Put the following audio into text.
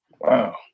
Wow